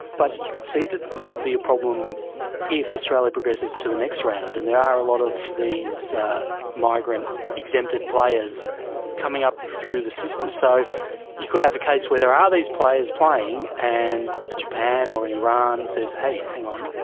but you could see that this could be a problem if australia progresses to the next round, and there are a lot of these migrant exempted players coming up through the system. so you could have a case where there are these players playing, and japan or iran iran says, hey, hang on,